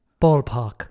Ballpark